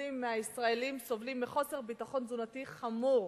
מהישראלים סובלים מחוסר ביטחון תזונתי חמור.